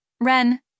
Ren